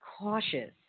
cautious